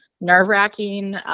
nerve-wracking